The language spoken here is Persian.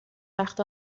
وقت